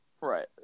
Right